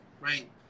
Right